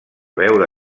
veure